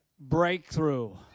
Breakthrough